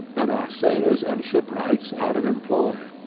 and our sailors and shipwrights out of employ.